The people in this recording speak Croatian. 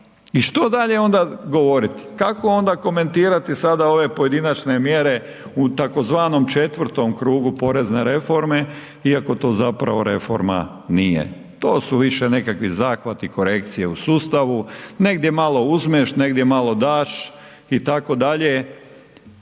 I što dalje onda govoriti? Kako onda komentirati sada ove pojedinačne mjere u tzv. 4. krugu porezne reforme iako to zapravo reforma nije. To su više nekakvi zahvati, korekcije u sustavu, negdje malo uzmeš, negdje malo daš itd.,